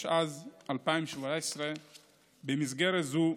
התשע"ז 2017. במסגרת זו,